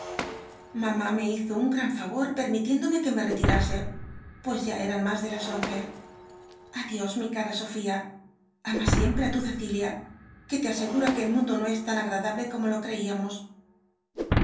mamá me hizo un gran fayor permitiéndome que me retirase pues ya eran mas de las once a dios mi cara sofía ama siempre á tu cecilia que te iisegura que el mundo no es tan agradable comck lo creíamos